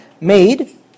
made